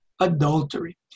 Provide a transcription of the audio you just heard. adultery